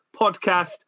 podcast